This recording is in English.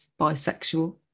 bisexual